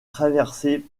traversée